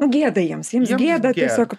gėda jiems jiems gėda tiesiog